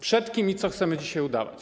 Przed kim i co chcemy dzisiaj udawać?